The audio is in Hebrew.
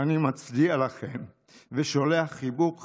אני מצדיע לכם ושולח חיבוק חם.